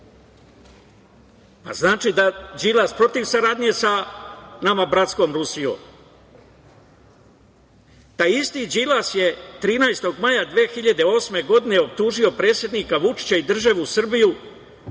Znači da je Đilas protiv saradnje sa nama bratskom Rusijom. Taj isti Đilas je 13. maja 2008. godine optužio predsednika Vučića i državu Srbiju